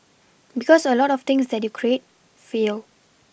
because a lot of things that you create fail